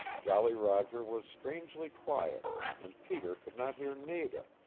jolly roger was strangely quiet, and peter could not hear nada,